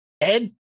Ed